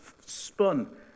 spun